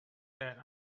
that